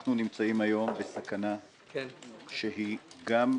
שאנחנו נמצאים היום בסכנה שהיא גם כלכלית,